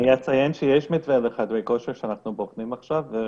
אציין שיש מתווה לחדרי כושר שאנחנו בוחנים עכשיו.